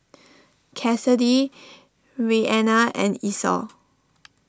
Kassidy Reanna and Esau